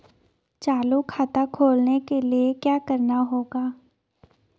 चालू खाता खोलने के लिए क्या करना होगा?